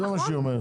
זה מה שהיא אומרת.